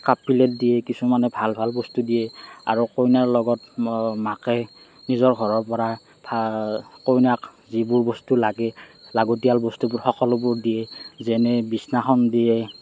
cup plate দিয়ে কিছুমানে ভাল ভাল বস্তু দিয়ে আৰু কইনাৰ লগত মাকে নিজৰ ঘৰৰ পৰা ভা কইনাক যিবোৰ বস্তু লাগে লাগতিয়াল বস্তুবোৰ সকলোবোৰ দিয়ে যেনে বিচনাখন দিয়ে